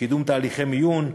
קידום תהליכי מיון,